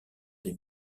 des